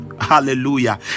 Hallelujah